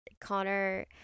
Connor